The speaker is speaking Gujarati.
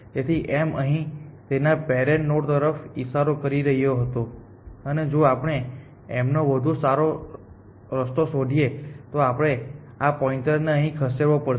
તેથી m અહીં તેના પેરેન્ટ નોડ તરફ ઇશારો કરી રહ્યો હતો અને જો આપણે m નો વધુ સારો રસ્તો શોધીએ તો આપણે આ પોઇન્ટરને અહીં ખસેડવો પડશે